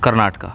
Karnataka